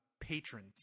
patrons